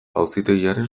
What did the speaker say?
auzitegiaren